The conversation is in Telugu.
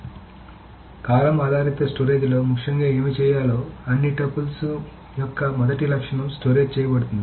కాబట్టి కాలమ్ ఆధారిత స్టోరేజ్లో ముఖ్యంగా ఏమి చేయాలో అన్ని టపుల్స్ యొక్క మొదటి లక్షణం స్టోరేజ్ చేయబడుతుంది